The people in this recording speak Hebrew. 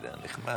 לא יודע, נכתב.